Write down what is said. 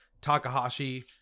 Takahashi